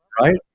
right